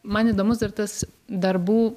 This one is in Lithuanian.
man įdomus ir tas darbų